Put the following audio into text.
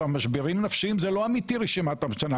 עכשיו משברים נפשיים זה לא אמיתי רשימת המתנה,